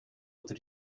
oder